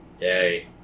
Yay